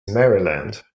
maryland